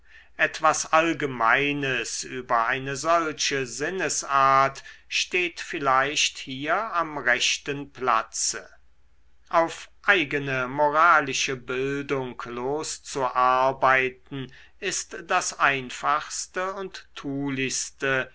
etwas allgemeines über eine solche sinnesart steht vielleicht hier am rechten platze auf eigene moralische bildung loszuarbeiten ist das einfachste und